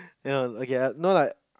ya I okay no lah